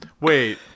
Wait